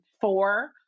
four